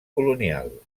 colonial